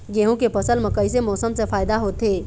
गेहूं के फसल म कइसे मौसम से फायदा होथे?